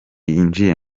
yinjiye